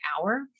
hour